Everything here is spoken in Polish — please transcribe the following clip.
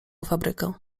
fabrykę